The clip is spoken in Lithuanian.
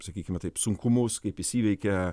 sakykime taip sunkumus kaip jis įveikia